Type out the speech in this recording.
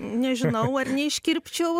nežinau ar neiškirpčiau